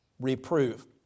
Reprove